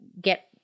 get